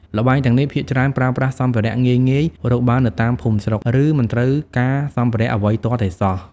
ល្បែងទាំងនេះភាគច្រើនប្រើប្រាស់សម្ភារៈងាយៗ រកបាននៅតាមភូមិស្រុក ឬមិនត្រូវការសម្ភារៈអ្វីទាល់តែសោះ ។